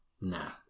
nah